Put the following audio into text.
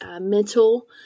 mental